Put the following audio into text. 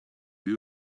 you